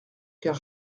car